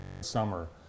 summer